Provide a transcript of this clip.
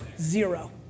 Zero